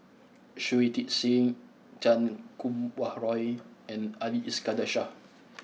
Shui Tit Sing Chan Kum Wah Roy and Ali Iskandar Shah